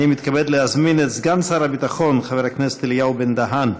אני מתכבד להזמין את סגן שר הביטחון חבר הכנסת אלי בן-דהן.